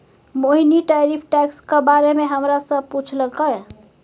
मोहिनी tariff टैक्सक बारे मे हमरा सँ पुछलक